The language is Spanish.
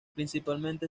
principalmente